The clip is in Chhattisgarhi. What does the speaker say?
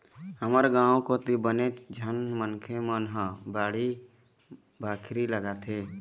हमर गाँव कोती बनेच झन मनखे मन ह बाड़ी बखरी लगाथे